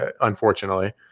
unfortunately